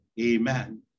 amen